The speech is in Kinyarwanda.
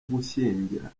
gushyingira